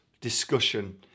discussion